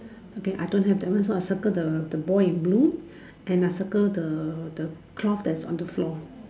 okay I don't have that one so I circle the boy in blue and I circle the cloth that is on the floor